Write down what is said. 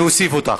אני אוסיף אותך.